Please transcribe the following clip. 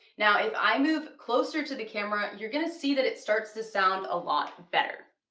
now if i move closer to the camera, you're gonna see that it starts to sound a lot better.